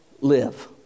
live